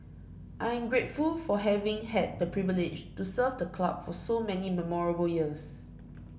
I am grateful for having had the privilege to serve the club for so many memorable years